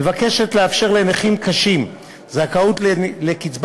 מבקשת לאפשר לנכים קשים זכאות לקצבה